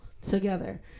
together